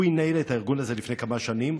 הוא ניהל את הארגון הזה לפני כמה שנים,